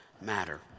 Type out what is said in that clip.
matter